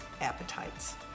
appetites